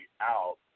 out